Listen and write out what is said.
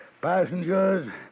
passengers